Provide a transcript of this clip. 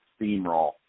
steamroll